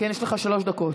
יש לך שלוש דקות.